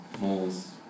moles